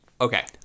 Okay